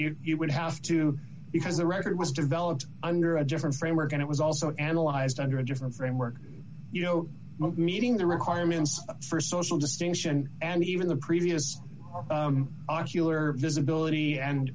you would have to because the record was developed under a different frame are going to was also analyzed under a different framework you know meeting the requirements for social distinction and even the previous ocular visibility and